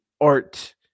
art